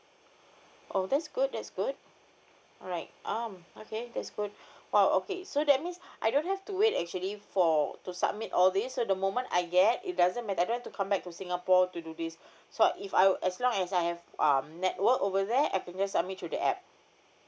oh that's good that's good alright um okay that's good !wow! okay so that means I don't have to wait actually for to submit all these so the moment I get it doesn't matter I don't have to come back to singapore to do this so if I as long as I have um network over there I can just submit through the app